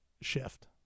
shift